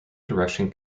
direction